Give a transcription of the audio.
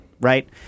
right